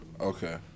Okay